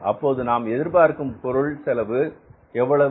அப்போது நாம் எதிர்பார்க்கும் பொருள் செலவு எவ்வளவு